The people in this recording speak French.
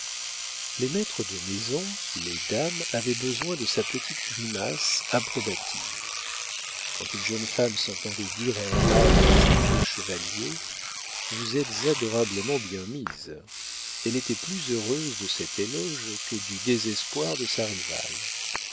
les maîtres de maison les dames avaient besoin de sa petite grimace approbative quand une jeune femme s'entendait dire à un bal par le vieux chevalier vous êtes adorablement bien mise elle était plus heureuse de cet éloge que du désespoir de sa rivale